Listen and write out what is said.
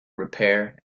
repair